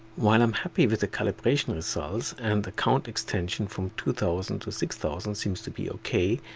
while i am happy with the calibration results, and the count extension from two thousand to six thousand seems to be ok,